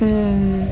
ಹ್ಞೂ